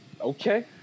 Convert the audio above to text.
okay